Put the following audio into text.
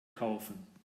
kaufen